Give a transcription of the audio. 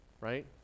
right